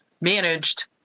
managed